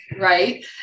right